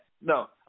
no